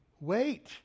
Wait